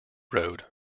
road